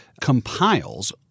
compiles